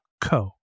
co